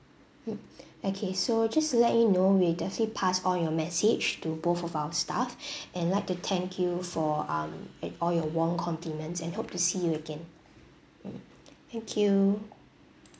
mm okay so just to let you know we'll definitely pass all your message to both of our staff and like to thank you for um at all your warm compliments and hope to see you again mm thank you